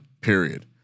Period